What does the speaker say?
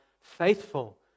faithful